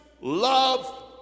love